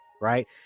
right